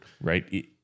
Right